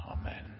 Amen